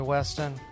Weston